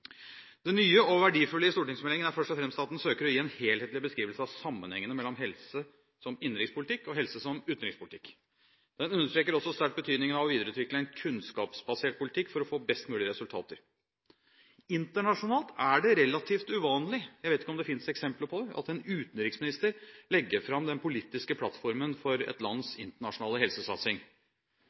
Det nye og verdifulle i stortingsmeldingen er først og fremst at den søker å gi en helhetlig beskrivelse av sammenhengene mellom helse som innenrikspolitikk og helse som utenrikspolitikk. Den understreker også sterkt betydningen av å videreutvikle en kunnskapsbasert politikk for å få best mulig resultater. Internasjonalt er det relativt uvanlig – jeg vet ikke om det finnes eksempler på det – at en utenriksminister legger fram den politiske plattformen for et lands internasjonale helsesatsing.